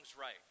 right